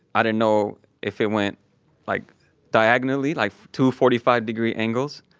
i didn't know if it went like diagonally like two forty five degree angles.